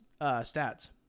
stats